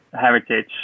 heritage